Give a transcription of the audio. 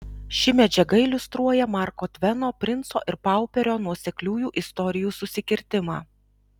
ši medžiaga iliustruoja marko tveno princo ir pauperio nuosekliųjų istorijų susikirtimą